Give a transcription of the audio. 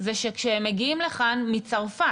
זה שכשהם מגיעים לכאן מצרפת,